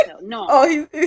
No